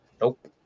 Nope